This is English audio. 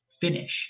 finish